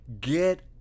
get